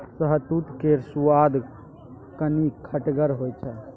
शहतुत केर सुआद कनी खटगर होइ छै